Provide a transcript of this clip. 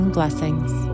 Blessings